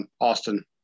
Austin